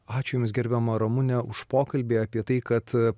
ačiū jums gerbiama ramune už pokalbį apie tai kad